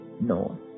no